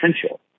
potential